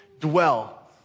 Dwell